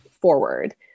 forward